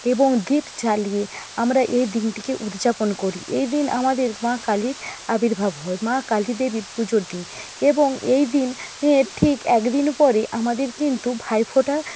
এবং দীপ জালিয়ে আমরা এই দিনটিকে উদযাপন করি এই দিন আমাদের মা কালীর আবির্ভাব হয় মা কালীদেবীর পুজোর দিন এবং এই দিন এর ঠিক একদিন পরে আমাদের কিন্তু ভাইফোঁটা